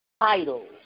titles